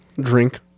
drink